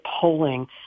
polling